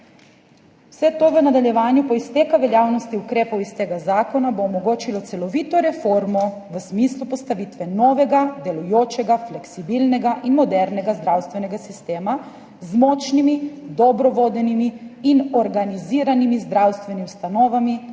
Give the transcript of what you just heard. vse to v nadaljevanju po izteku veljavnosti ukrepov iz tega zakona bo omogočilo celovito reformo v smislu postavitve novega, delujočega, fleksibilnega in modernega zdravstvenega sistema z močnimi, dobro vodenimi in organiziranimi zdravstvenimi ustanovami,